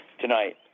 tonight